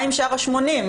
מה עם שאר ה-80%?